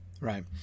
right